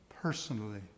personally